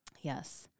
Yes